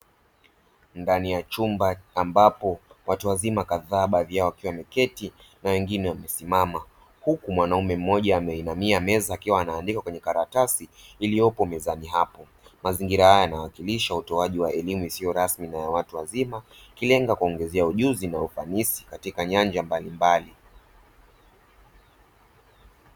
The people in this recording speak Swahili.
Ndani ya chumba, ambapo watu wazima kadhaa, baadhi yao wakiwa wameketi na wengine wamesimama, huku mwanamume mmoja ameinamia meza akiwa anaandika kwenye karatasi iliyopo mezani hapo; mazingira haya yanawakilisha utoaji wa elimu isiyo rasmi na ya watu wazima, ikilenga kuongezea ujuzi na kufanikisha maendeleo katika nyanja mbalimbali.